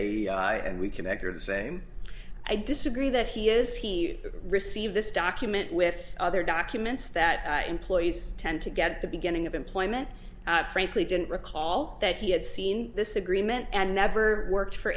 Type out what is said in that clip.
they and we can record the same i disagree that he is he received this document with other documents that employees tend to get the beginning of employment frankly didn't recall that he had seen this agreement and never worked for